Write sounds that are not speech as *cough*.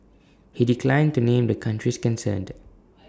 he declined to name the countries concerned *noise*